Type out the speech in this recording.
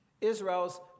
Israel's